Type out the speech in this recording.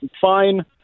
fine